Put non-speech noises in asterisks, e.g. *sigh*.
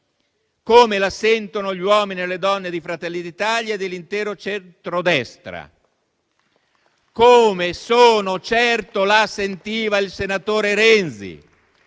come la sentono gli uomini e le donne di Fratelli d'Italia e dell'intero centrodestra, *applause* e come sono certo la sentiva il senatore Renzi